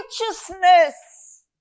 righteousness